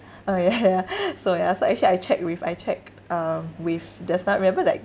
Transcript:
orh ya ya so ya so actually I checked with I checked um with the staff remember like